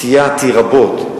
סייעתי רבות.